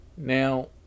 now